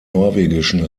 norwegischen